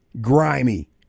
grimy